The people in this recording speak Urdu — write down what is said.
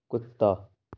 کتا